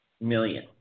million